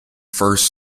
first